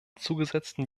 zugesetzten